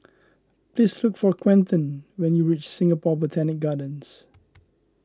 please look for Quentin when you reach Singapore Botanic Gardens